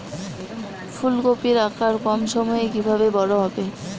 ফুলকপির আকার কম সময়ে কিভাবে বড় হবে?